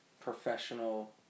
professional